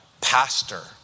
pastor